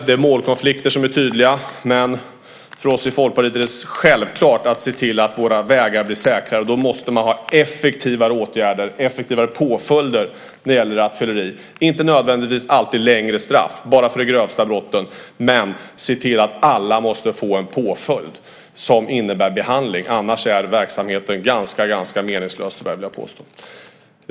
Det är målkonflikter som är tydliga, men för oss i Folkpartiet är det självklart att se till att våra vägar blir säkrare. Då måste man ha effektivare åtgärder och effektivare påföljder när det gäller rattfylleri. Det måste inte nödvändigtvis alltid vara längre straff - bara för de grövsta brotten. Men vi måste se till att alla får en påföljd som innebär behandling. Annars är verksamheten ganska meningslös, skulle jag vilja påstå.